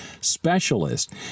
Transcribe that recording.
specialist